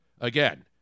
Again